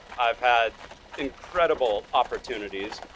i've had incredible opportunities,